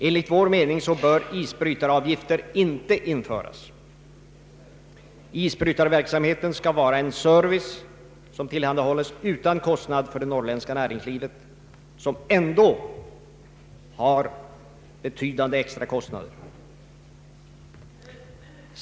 Enligt vår mening bör isbrytaravgifter inte införas. Isbrytarverksamheten skall vara en service som tillhandahålls utan kostnad för det norrländska näringslivet, vilket ändå har betydande extra kostnader.